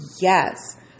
Yes